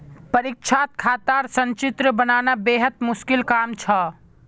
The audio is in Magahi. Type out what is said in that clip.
परीक्षात खातार संचित्र बनाना बेहद मुश्किल काम छ